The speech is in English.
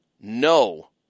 no